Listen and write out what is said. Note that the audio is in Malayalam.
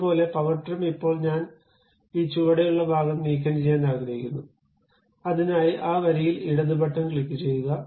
അതുപോലെ പവർ ട്രിം ഇപ്പോൾ ഞാൻ ഈ ചുവടെയുള്ള ഭാഗം നീക്കംചെയ്യാൻ ആഗ്രഹിക്കുന്നു അതിനായി ആ വരിയിൽ ഇടത് ബട്ടൺ നീക്കുക ക്ലിക്കുചെയ്യുക